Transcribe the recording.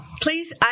Please